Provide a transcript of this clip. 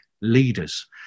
leaders